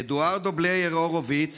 אדוארדו בלייר הורוביץ